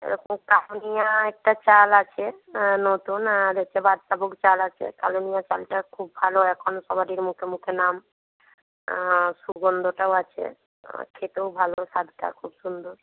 একটা চাল আছে নতুন আর হচ্ছে বাদশাভোগ চাল আছে কালো নুনিয়া চালটা খুব ভালো এখন সবারই মুখে মুখে নাম সুগন্ধটাও আছে আর খেতেও ভালো স্বাদটা খুব সুন্দর